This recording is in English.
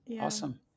Awesome